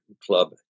Club